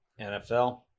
NFL